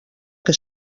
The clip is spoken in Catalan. que